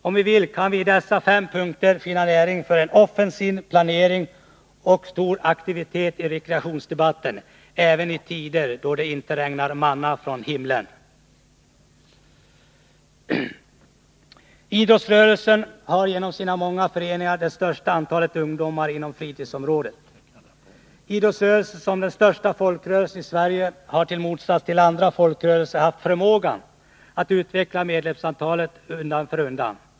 Om vi vill kan vi i dessa fem punkter finna näring för en offensiv planering och stor aktivitet i rekreationsdebatten, även i tider då det inte regnar manna från himlen. Idrottsrörelsen har genom sina många föreningar det största antalet ungdomar inom fritidsområdet. Idrottsrörelsen som den största folkrörelsen i Sverige har i motsats till andra folkrörelser haft förmågan att utveckla medlemsantalet undan för undan.